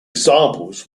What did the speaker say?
examples